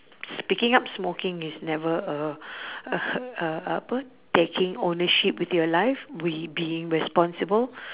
s~ picking up smoking is never uh uh uh apa taking ownership with your life we being responsible